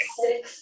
six